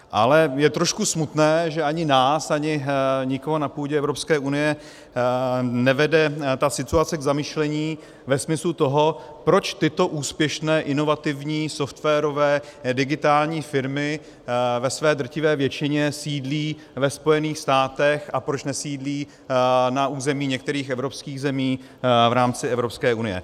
Je ale trošku smutné, že ani nás, ani nikoho na půdě Evropské unie nevede ta situace k zamyšlení ve smyslu toho, proč tyto úspěšné inovativní softwarové digitální firmy ve své drtivé většině sídlí ve Spojených státech a proč nesídlí na území některých evropských zemí v rámci Evropské unie.